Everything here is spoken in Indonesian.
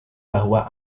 bahwa